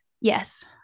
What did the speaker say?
Yes